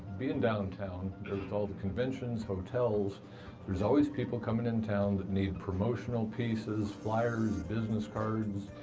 being downtown, there's all the conventions, hotel there's always people coming in town that need promotional pieces, flyers, business cards.